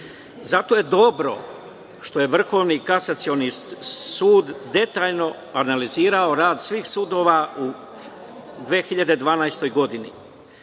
Zato je dobro što je Vrhovni kasacioni sud detaljno analizirao rad svih sudova u 2012. godini.